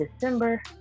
December